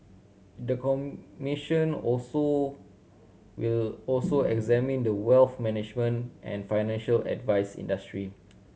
the commission also will also examine the wealth management and financial advice industry